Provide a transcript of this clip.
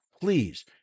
please